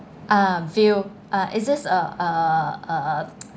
ah view ah is this uh uh